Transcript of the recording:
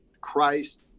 Christ